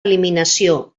eliminació